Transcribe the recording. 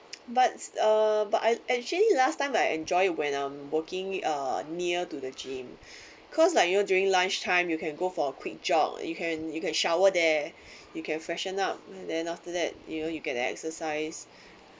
but uh but I actually last time I enjoy when I'm working uh near to the gym cause like you know during lunchtime you can go for a quick jog you can you can shower there you can freshen up then after that you know you get exercise